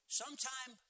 sometime